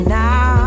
now